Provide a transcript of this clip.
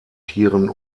tieren